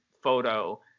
photo